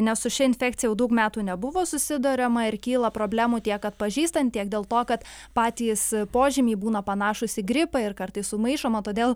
nes su šia infekcija jau daug metų nebuvo susiduriama ir kyla problemų tiek atpažįstant tiek dėl to kad patys požymiai būna panašūs į gripą ir kartais sumaišoma todėl